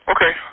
Okay